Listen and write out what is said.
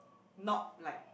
not like